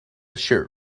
shirt